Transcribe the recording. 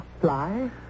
Fly